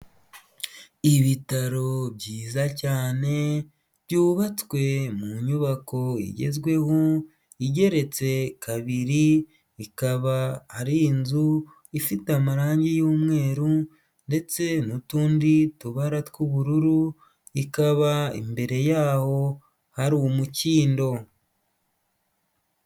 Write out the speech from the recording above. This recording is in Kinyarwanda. Ibitaro byiza cyane byubatswe mu nyubako igezweho igeretse kabiri ikaba ari inzu ifite amarangi y'umweru ndetse n'utundi tubara tw'ubururu ikaba imbere yaho hari umukindo.